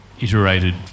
iterated